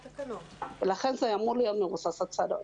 לכן זה אמור להיות מבוסס הצהרה.